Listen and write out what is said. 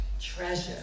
treasure